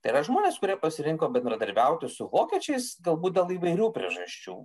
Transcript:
tai yra žmonės kurie pasirinko bendradarbiauti su vokiečiais galbūt dėl įvairių priežasčių